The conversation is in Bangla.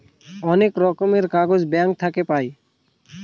অনেক রকমের কাগজ ব্যাঙ্ক থাকে পাই